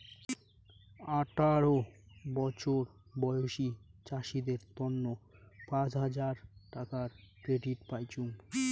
আঠারো বছর বয়সী চাষীদের তন্ন পাঁচ হাজার টাকার ক্রেডিট পাইচুঙ